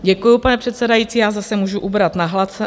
Děkuji, paní předsedající, já zase můžu ubrat na hlase.